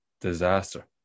disaster